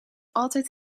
altijd